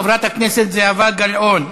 בדיון.